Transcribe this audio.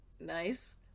nice